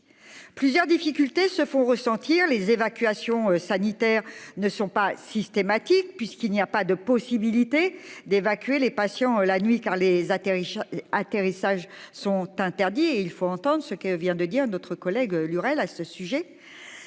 plusieurs difficultés se font ressentir les évacuations sanitaires ne sont pas systématiques, puisqu'il n'y a pas de possibilité d'évacuer les patients la nuit car les atterrissages atterrissage sont interdits et il faut entendre ce que vient de dire notre collègue Lurel à ce sujet.